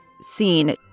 scene